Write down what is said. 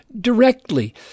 directly